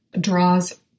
draws